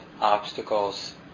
obstacles